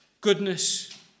goodness